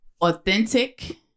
authentic